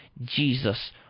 Jesus